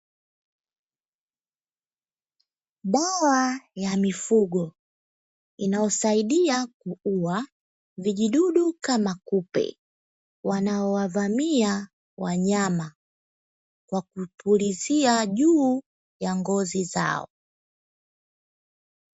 Dawa ya mifugo inayosaidia kuua vijidudu kama kupe, wanaowavamia wanyama kwa kupulizia juu ya ngozi zao.